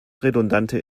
redundante